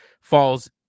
falls